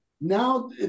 Now